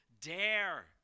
dare